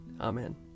Amen